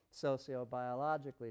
sociobiologically